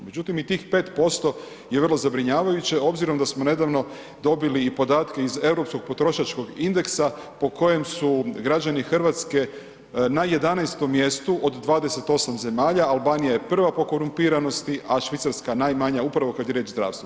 Međutim, i tih 5% je vrlo zabrinjavajuće obzirom da smo nedavno dobili i podatke iz Europskog potrošačkog indeksa po kojem su građani RH na 11 mjestu od 28 zemalja, Albanija je prva po korumpiranosti, a Švicarska najmanja upravo kad je riječ o zdravstvu.